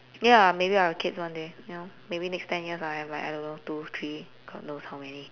ya maybe I'll have kids one day ya maybe next ten years lah I'll have like around two three god knows how many